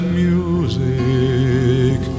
music